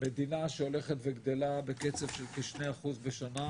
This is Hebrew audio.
מדינה שהולכת וגדלה בקצב של כ-2% בשנה,